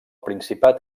principat